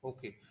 Okay